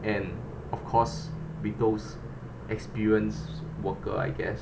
and of course with those experience worker I guess